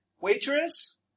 waitress